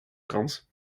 krant